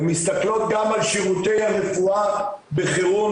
הם מסתכלות גם על שירותי הרפואה בחירום